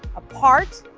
apart,